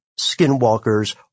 skinwalkers